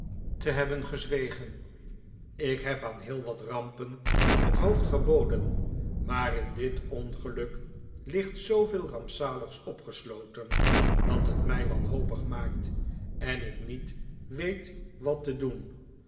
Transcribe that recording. nickleby hebben gezwegen ik heb aan heel wat rampen het hoofd geboden maar in dit ongeluk ligt zooveel rampzaligs opgesloten dat het mij wanhopig maakt en ik niet weet wat te doen